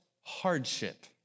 hardship